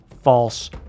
false